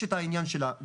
יש את העניין של הגופה,